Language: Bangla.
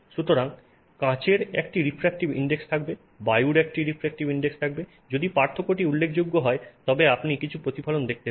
সুতরাং কাচের একটি রিফ্রাক্টিভ ইনডেক্স থাকবে বায়ুর একটি রিফ্রাক্টিভ ইনডেক্স থাকবে যদি পার্থক্যটি উল্লেখযোগ্য হয় তবে আপনি কিছু প্রতিফলন দেখতে পান